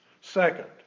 Second